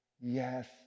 Yes